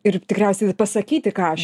ir tikriausiai ir pasakyti ką aš